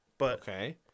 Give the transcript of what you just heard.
Okay